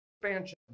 expansion